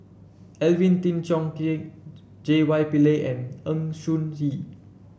Alvin Tan Cheong Kheng J Y Pillay and Ng Choon Yee